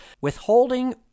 withholding